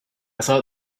thought